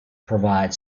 provide